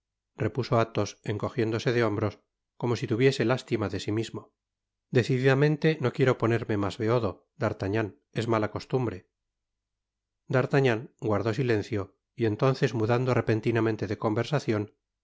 repuso atbos encojiéndose de hombros como si tari viese lástima de si mismo decididamente no quiero ponerme mas beodo d'artagnan es mala costumbre d'artagnan guardó silencio y entonces mudando repentinamente de conversacion